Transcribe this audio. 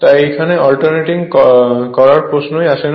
তাই এখানে অল্টারনেটিং করার প্রশ্নই আসে না